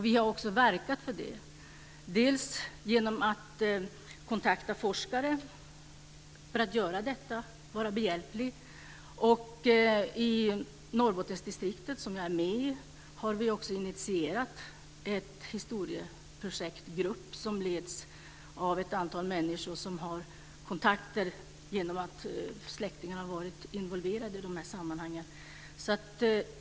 Vi har också verkat för det, dels genom att kontakta forskare att vara behjälpliga med att göra detta, dels genom att i Norrbottensdistriktet, som jag är med i, initiera en historieprojektgrupp som leds av ett antal människor som har kontakter genom att släktingar har varit involverade i de här sammanhangen.